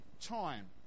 time